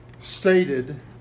stated